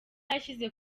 yashyize